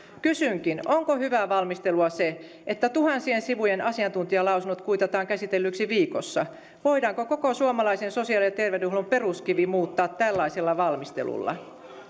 kysynkin onko hyvää valmistelua se että tuhansien sivujen asiantuntijalausunnot kuitataan käsitellyiksi viikossa voidaanko koko suomalaisen sosiaali ja terveydenhuollon peruskivi muuttaa tällaisella valmistelulla